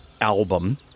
album